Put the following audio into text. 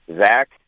Zach